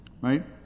Right